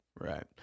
Right